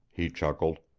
he chuckled.